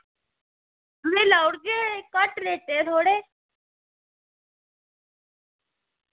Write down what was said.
तुसेंगी लाई ओड़गे घट्ट रेट उप्पर थोह्ड़े